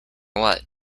what